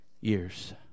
years